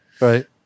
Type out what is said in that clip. Right